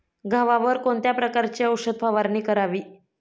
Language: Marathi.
गव्हावर कोणत्या प्रकारची औषध फवारणी करावी?